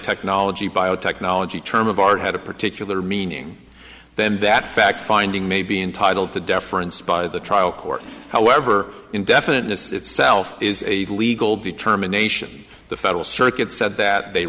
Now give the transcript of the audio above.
technology biotechnology term of art had a particular meaning then that fact finding may be entitled to deference by the trial court however indefiniteness itself is a legal determination the federal circuit said th